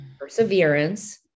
perseverance